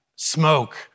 Smoke